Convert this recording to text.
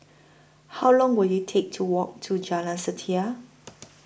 How Long Will IT Take to Walk to Jalan Setia